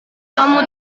kamu